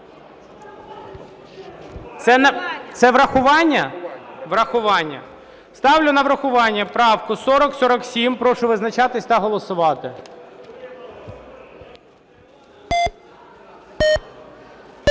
Врахування. Ставлю на врахування правку 4047. Прошу визначатись та голосувати.